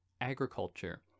agriculture